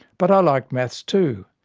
but i liked maths too.